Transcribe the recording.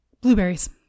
Blueberries